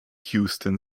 houston